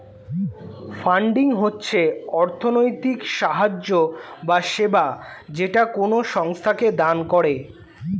funding হচ্ছে অর্থনৈতিক সাহায্য বা সেবা যেটা কোনো সংস্থাকে দান করে